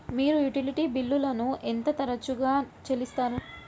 మీరు యుటిలిటీ బిల్లులను ఎంత తరచుగా చెల్లిస్తారు?